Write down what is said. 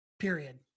period